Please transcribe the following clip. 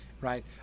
right